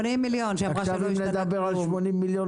80,000,000. עכשיו אם נדבר על 80,000,000,